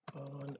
on